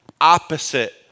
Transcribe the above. opposite